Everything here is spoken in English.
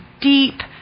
deep